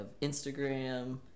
instagram